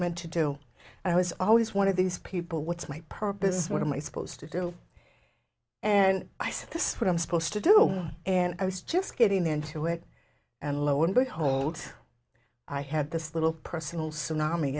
meant to do and i was always one of these people what's my purpose what am i supposed to do and i say this what i'm supposed to do and i was just getting into it and lo and behold i had this little personal